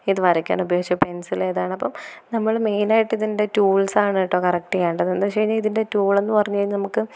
ഇത് വരയ്ക്കാൻ ഉപയോഗിച്ച പെൻസിൽ അതാണ് അപ്പം നമ്മൾ മെയിനായിട്ട് അതിൻ്റെ ടൂൾസാണ് കേട്ടോ കറക്റ്റ് ചെയ്യേണ്ടത് എന്ന് വച്ചു കഴിഞ്ഞാൽ ഇതിൻ്റെ ടൂൾ എന്ന് പറഞ്ഞാൽ നമുക്ക്